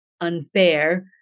unfair